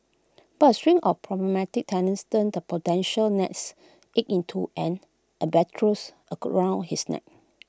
but A string of problematic tenants turned the potential nests egg into an albatross his neck